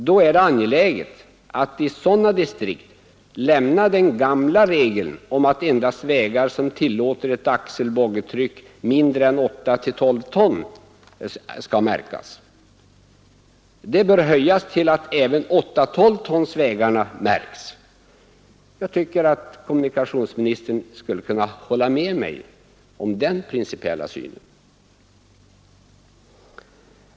Det är då angeläget att i sådana distrikt lämna den gamla regeln om att endast vägar som tillåter ett axel 12 ton skall märkas. Det bör ändras så att även 8/12-tonsvägarna märks. Jag tycker att kommunikationsministern skulle kunna hålla med mig om den principiella synen.